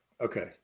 Okay